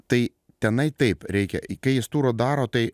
tai tenai taip reikia i kai jis turą daro tai